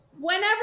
whenever